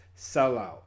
sellout